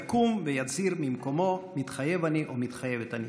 יקום ויצהיר ממקומו "מתחייב אני" או "מתחייבת אני".